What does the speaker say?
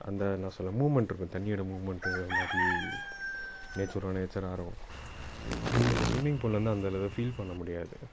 அந்த என்ன சொல்ல மூமெண்ட் இருக்கும் தண்ணியோடய மூமெண்ட்டு அது மாதிரி நேச்சுரோ நேச்சராக இருக்கும் இங்கே இந்த சும்மிங் பூலில் அந்த அளவு ஃபீல் பண்ண முடியாது